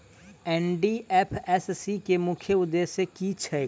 NDFSC केँ मुख्य उद्देश्य की छैक?